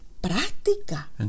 práctica